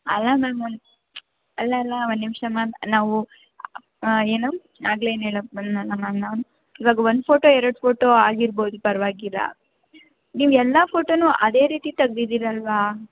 ಅಲ್ಲ ma'am one ಅಲ್ಲ ಅಲ್ಲ ಒನ್ ನಿಮಿಷ ಮ್ಯಾಮ್ ನಾವು ಏನು ಆಗಲೆ ಏನು ಹೇಳಕ್ ಬಂದನಲ್ಲಾ ಮ್ಯಾಮ್ ನಾನು ಇವಾಗ ಒಂದು ಫೋಟೋ ಎರಡು ಫೋಟೋ ಆಗಿರ್ಬೋದು ಪರವಾಗಿಲ್ಲ ನೀವು ಎಲ್ಲಾ ಫೋಟೋನು ಅದೇ ರೀತಿ ತೆಗ್ದಿದಿರಲ್ವಾ